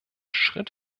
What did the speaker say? schritt